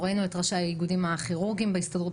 ראינו את ראשי האיגודים הכירורגיים בהסתדרות